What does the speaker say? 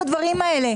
לא,